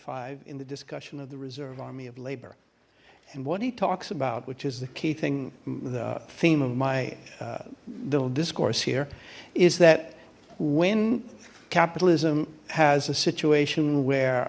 five in the discussion of the reserve army of labor and what he talks about which is the key thing the theme of my little discourse here is that when capitalism has a situation where